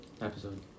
episode